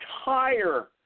entire